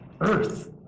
Earth